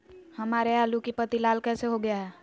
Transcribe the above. हमारे आलू की पत्ती लाल कैसे हो गया है?